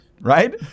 right